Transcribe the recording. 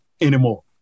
anymore